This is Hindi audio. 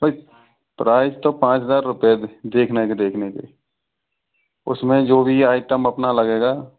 भाई प्राइस तो पाँच हज़ार रुपये देखने के देखने के उस में जो भी आइटम अपना लगेगा